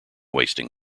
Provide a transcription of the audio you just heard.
wasting